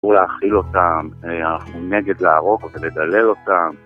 הוא להכיל אותם, אנחנו נגד להרוג אותם, לדלל אותם